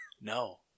No